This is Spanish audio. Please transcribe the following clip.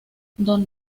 don